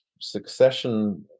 succession